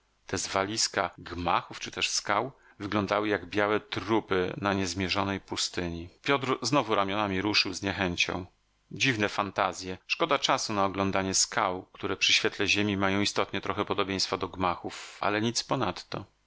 te zwaliska gmachów czy też skał wyglądały jak białe trupy na niezmierzonej pustyni piotr znowu ramionami ruszył z niechęcią dziwne fantazje szkoda czasu na oglądanie skał które przy świetle ziemi mają istotnie trochę podobieństwa do gmachów ale nic ponadto